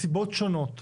מסיבות שונות,